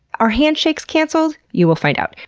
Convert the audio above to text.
are handshakes cancelled? you will find out.